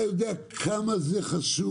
אתה יודע כמה זה חשוב?